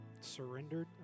surrendered